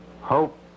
Hope